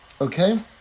okay